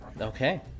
Okay